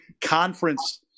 conference